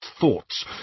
thoughts